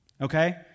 Okay